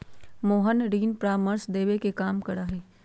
मोहन ऋण परामर्श देवे के काम करा हई